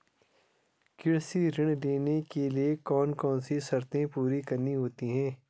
कृषि ऋण लेने के लिए कौन कौन सी शर्तें पूरी करनी होती हैं?